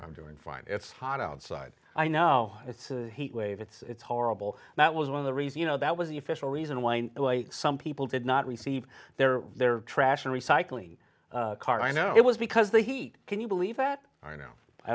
i'm doing fine it's hot outside i know it's a heat wave it's horrible that was one of the reason you know that was the official reason why some people did not receive their their trash and recycling card i know it was because the heat can you believe that are now i